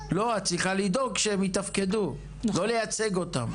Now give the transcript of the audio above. לא, את צריכה לדאוג שהם יתפקדו, לא לייצג אותם.